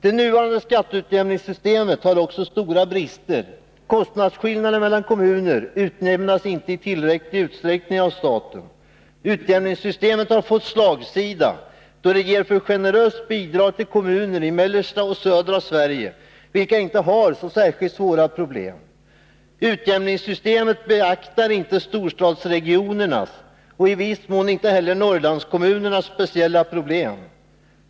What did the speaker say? Det nuvarande skatteutjämningssystemet har också stora brister. Kostnadsskillnader mellan kommuner utjämnas inte i tillräcklig utsträckning av staten. Utjämningssystemet har fått slagsida, då det ger alltför generösa bidrag till kommuner i mellersta och södra Sverige, som inte har så särskilt svåra problem. Utjämningssystemet beaktar inte storstadsregionernas och i viss mån inte heller Norrlandskommunernas speciella problem.